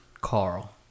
Carl